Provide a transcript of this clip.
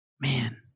Man